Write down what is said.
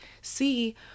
see